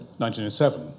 1907